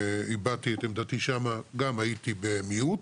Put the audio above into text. הבעתי את עמדתי שם והייתי במיעוט.